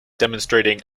demonstrating